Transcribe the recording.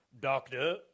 Doctor